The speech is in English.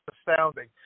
astounding